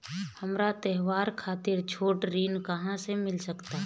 हमरा त्योहार खातिर छोट ऋण कहाँ से मिल सकता?